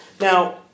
Now